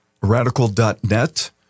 radical.net